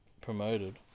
promoted